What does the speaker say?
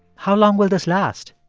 how long will this last?